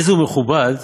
איזהו מכובד,